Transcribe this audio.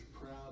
proud